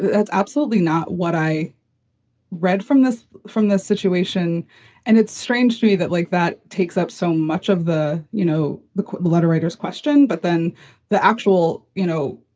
that's absolutely not what i read from this from this situation and it's strange to me that, like that takes up so much of the, you know, the letter writers question. but then the actual, you know,